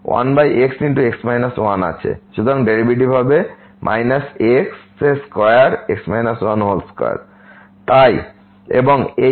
সুতরাং ডেরিভেটিভ হবে x2x 12 এবং এই xx 1 এর ডেরিভেটিভ হবে 2x 1